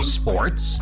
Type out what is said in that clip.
sports